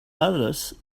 others